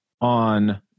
on